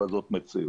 אבל זאת מציאות,